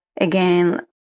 again